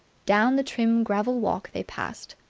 down the trim gravel walk they passed,